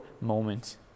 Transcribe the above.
moment